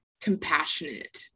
compassionate